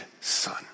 son